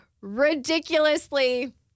ridiculously